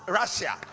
russia